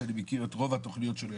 שאני מכיר את רוב התכניות שלו,